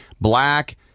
black